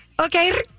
Okay